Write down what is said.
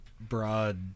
broad